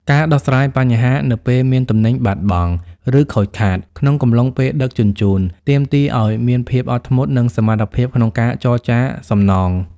ការដោះស្រាយបញ្ហានៅពេលមានទំនិញបាត់បង់ ឬខូចខាតក្នុងកំឡុងពេលដឹកជញ្ជូន ទាមទារឱ្យមានភាពអត់ធ្មត់ និងសមត្ថភាពក្នុងការចរចាសំណង។